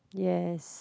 yes